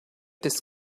this